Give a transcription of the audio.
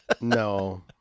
No